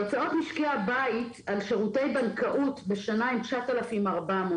הוצאות משקי הבית על שירותי בנקאות בשנה הן 9,400,